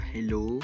Hello